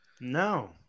No